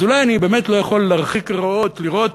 אז אולי באמת אני לא יכול להרחיק ראות לראות